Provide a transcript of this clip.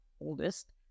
oldest